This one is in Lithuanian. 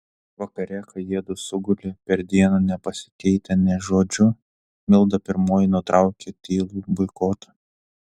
vakare kai jiedu sugulė per dieną nepasikeitę nė žodžiu milda pirmoji nutraukė tylų boikotą